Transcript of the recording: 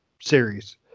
series